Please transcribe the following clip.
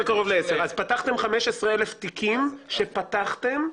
אז פתחתם 15 אלף תיקים שפתחתם,